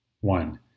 One